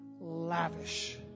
lavish